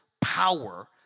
power